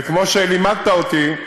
וכמו שלימדת אותי,